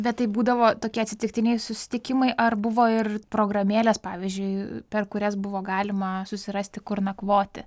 bet tai būdavo tokie atsitiktiniai susitikimai ar buvo ir programėlės pavyzdžiui per kurias buvo galima susirasti kur nakvoti